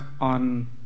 on